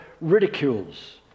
ridicules